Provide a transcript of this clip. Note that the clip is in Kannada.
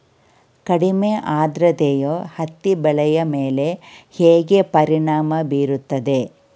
ಕಡಿಮೆ ಆದ್ರತೆಯು ಹತ್ತಿ ಬೆಳೆಯ ಮೇಲೆ ಹೇಗೆ ಪರಿಣಾಮ ಬೀರುತ್ತದೆ?